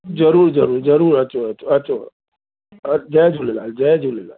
जरूर जरूर जरूर अचो अचो अचो अ जय झूलेलाल जय झुलेलाल